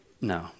No